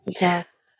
Yes